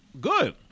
Good